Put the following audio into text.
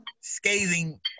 scathing